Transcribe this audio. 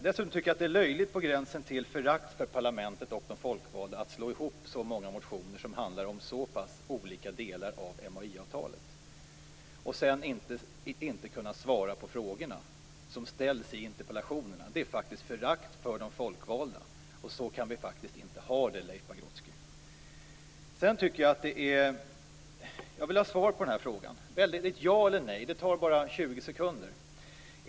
Dessutom tycker jag att det är löjligt, på gränsen till förakt för parlamentet och de folkvalda, att slå ihop så många interpellationer som handlar om så pass olika delar av MAI-avtalet och sedan inte kunna svara på de frågor som ställs i interpellationerna. Det är faktiskt förakt för de folkvalda. Så kan vi inte ha det, Leif Pagrotsky. Jag vill ha svar på den här frågan. Ja eller nej, det tar bara 20 sekunder.